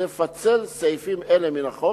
לפצל סעיפים אלה מן החוק.